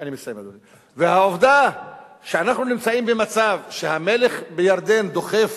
העובדה שאנחנו נמצאים במצב שהמלך בירדן דוחף,